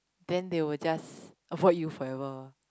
then they will just avoid you forever